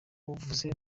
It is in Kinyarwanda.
uvuze